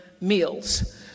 meals